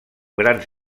grans